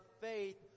faith